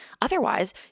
otherwise